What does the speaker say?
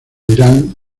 irán